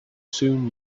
soon